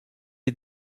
est